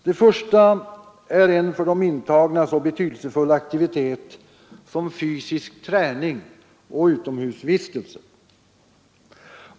Det första gäller en för de intagna så betydelsefull aktivitet som fysisk träning och utomhusvistelse.